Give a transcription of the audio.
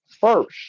first